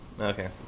Okay